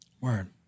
Word